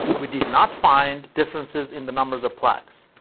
we did not find differences in the numbers of plaques,